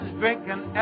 drinking